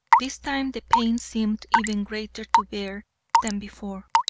this time the pain seemed even greater to bear than before,